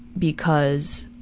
because